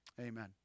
amen